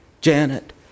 Janet